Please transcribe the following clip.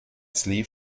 sleeve